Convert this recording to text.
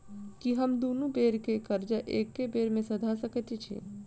की हम दुनू बेर केँ कर्जा एके बेर सधा सकैत छी?